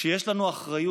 שיש לנו אחריות.